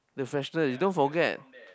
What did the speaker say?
the freshness you don't forget